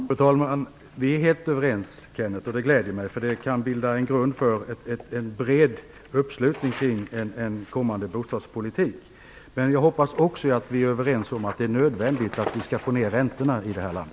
Fru talman! Vi är helt överens, Kenneth Kvist, och det gläder mig. Det kan bilda en grund för en bred uppslutning kring en kommande bostadspolitik. Jag hoppas också att vi är överens om att det är nödvändigt att få ned räntorna i detta land.